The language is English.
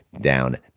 down